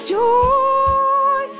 joy